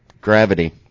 Gravity